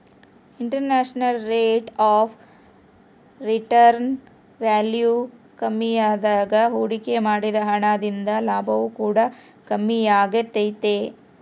internal rate of return value ಕಮ್ಮಿಯಾದಾಗ ಹೂಡಿಕೆ ಮಾಡಿದ ಹಣ ದಿಂದ ಲಾಭವು ಕೂಡ ಕಮ್ಮಿಯಾಗೆ ತೈತೆ